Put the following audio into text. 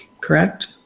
correct